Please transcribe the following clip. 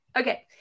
Okay